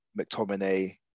McTominay